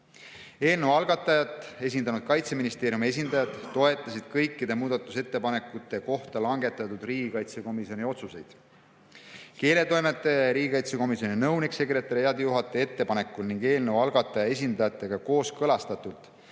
Eelnõu algatajat esindanud Kaitseministeeriumi esindajad toetasid kõikide muudatusettepanekute kohta langetatud riigikaitsekomisjoni otsuseid. Keeletoimetaja ja riigikaitsekomisjoni nõunik‑sekretariaadijuhataja ettepanekul ning eelnõu algataja esindajatega kooskõlastatult